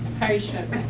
Patient